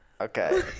Okay